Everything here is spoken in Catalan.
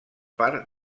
part